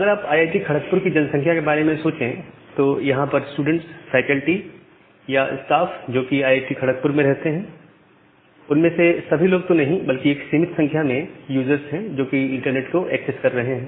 अगर आप आईटी खड़कपुर की जनसंख्या के बारे में सोचें तो यहां पर स्टूडेंट्स फैकेल्टी या स्टाफ जो आईटी खड़कपुर में रहते हैं उनमें से सभी लोग तो नहीं बल्कि एक सीमित संख्या में यूजर्स हैं जो कि इंटरनेट को एक्सेस कर रहे हैं